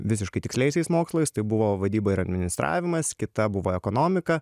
visiškai tiksliaisiais mokslais tai buvo vadyba ir administravimas kita buvo ekonomika